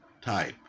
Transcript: type